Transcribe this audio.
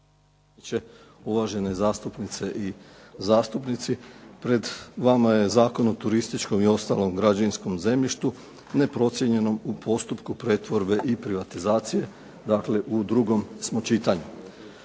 uvažene zastupnice i zastupnici. Pred vama je Zakon o turističkom i ostalom građevinskom zemljištu neprocijenjenom u postupku pretvorbe i privatizacije, dakle u drugom smo čitanju.